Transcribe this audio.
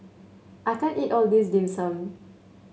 I can't eat all of this Dim Sum